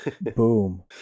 Boom